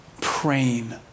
praying